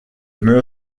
mur